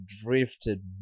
drifted